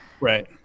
Right